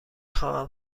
خواهم